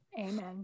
Amen